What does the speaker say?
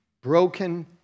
broken